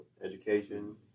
education